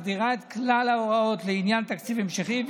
מסדירה את כלל ההוראות לעניין תקציב המשכי,